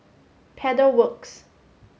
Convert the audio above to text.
Pedal Works